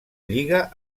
lliga